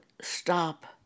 stop